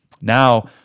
now